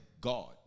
God